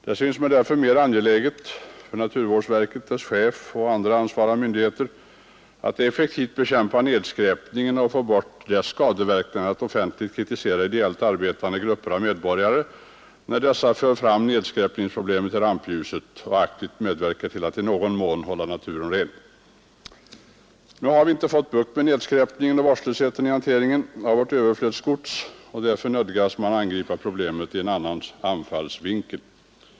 Det synes mig därför mera angeläget för naturvårdsverket, dess chef och andra ansvariga myndigheter att effektivt bekämpa nedskräpningen och få bort dess skadeverkningar än att offentligt kritisera ideellt arbetande grupper av medborgare, när dessa för fram nedskräpningsproblemet i rampljuset och aktivt medverkar till att i någon mån hålla naturen ren. Nu har vi inte fått bukt med nedskräpningen och vårdslösheten i hanteringen av vårt överflödsgods, och därför nödgas vi angripa problemet ur en annan anfallsvinkel.